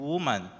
Woman